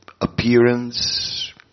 appearance